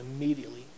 immediately